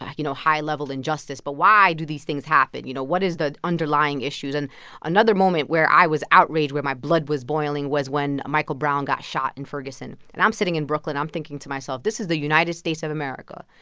like you know, high-level injustice, but why do these things happen? you know, what is the underlying issues? and another moment where i was outraged, where my blood was boiling, was when michael brown got shot in ferguson and i'm sitting in brooklyn. i'm thinking to myself, this is the united states of america.